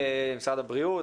משרד הבריאות,